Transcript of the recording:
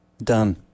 Done